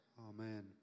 Amen